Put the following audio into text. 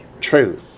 truth